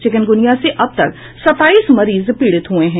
chikungunya से अब तक सत्ताईस मरीज पीड़ित हुये हैं